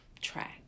track